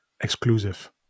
exclusive